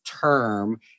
term